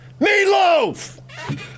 Meatloaf